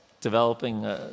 developing